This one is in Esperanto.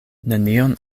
nenion